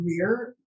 career